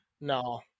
no